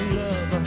love